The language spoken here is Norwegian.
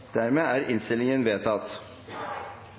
Dermed er